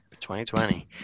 2020